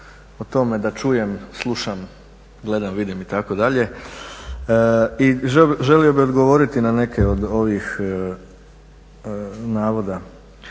o tome da čujem, slušam, gledam, vidim itd. I želio bih odgovoriti na neke od ovih navoda.